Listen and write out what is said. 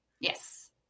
Yes